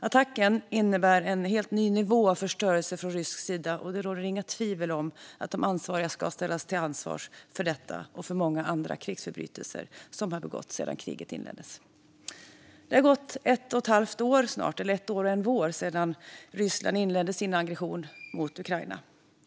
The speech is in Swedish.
Attacken innebär en helt ny nivå av förstörelse från rysk sida, och det råder inget tvivel om att de ansvariga ska ställas till svars för detta och för de många andra krigsförbrytelser som begåtts sedan kriget inleddes. Det har gått snart ett år och en vår sedan Ryssland inledde sin aggression mot Ukraina.